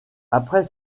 après